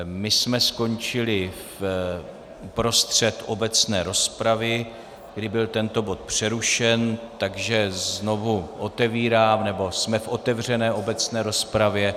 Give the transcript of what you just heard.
My jsme skončili uprostřed obecné rozpravy, kdy byl tento bod přerušen, takže znovu otevírám... nebo jsme v otevřené obecné rozpravě.